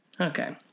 Okay